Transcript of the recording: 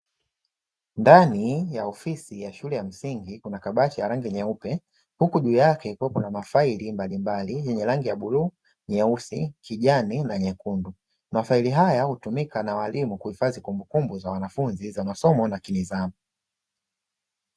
Ndani ya ofisi ya shule ya msingi kuna kabati ya rangi nyeupe huku juu yake kukiwa na mafaili mbalimbali yenye rangi ya bluu, kijani, nyeusi na nyekundu mafaili haya hutumika na walimu kuhifadhi kumbukumbu za wanafunzi za masomo na kinidhamu.